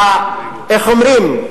איך אומרים?